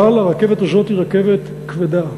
אבל הרכבת הזאת היא רכבת כבדה,